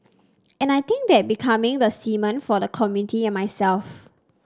and I think that becoming the cement for the community and myself